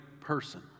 person